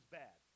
bad